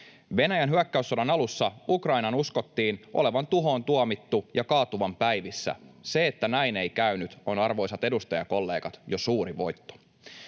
Venäjän hyök-käyssodan alussa Ukrainan uskottiin olevan tuhoon tuomittu ja kaatuvan päivissä. Se, että näin ei käynyt, on, arvoisat edustajakollegat, jo suuri voitto.